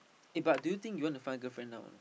eh but do you think you want to find girlfriend now or not